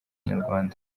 inyarwanda